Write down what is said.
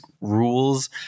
rules